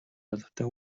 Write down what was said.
албатай